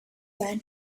ran